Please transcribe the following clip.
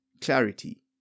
clarity